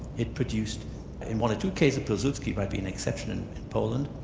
it produced in one or two cases, pilsudski might be an exception in poland,